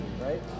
right